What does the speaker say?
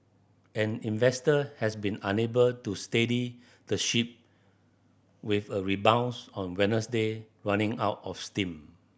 and investor has been unable to steady the ship with a rebounds on Wednesday running out of steam